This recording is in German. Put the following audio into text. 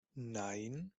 nein